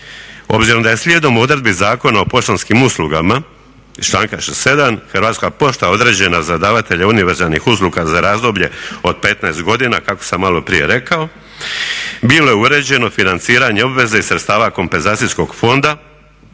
obzirom da je slijedom odredbi Zakona o poštanskim uslugama iz članka 47. Hrvatska pošta određena za davatelja univerzalnih usluga za razdoblje od 15 godina kako sam maloprije rekao bilo je uređeno financiranje obveze iz sredstava kompenzacijskog fonda